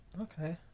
Okay